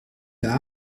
part